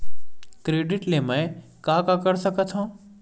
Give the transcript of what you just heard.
Credit ले मैं का का कर सकत हंव?